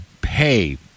pay